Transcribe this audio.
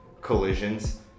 collisions